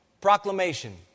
proclamation